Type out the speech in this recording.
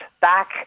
back